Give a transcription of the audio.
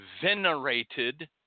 venerated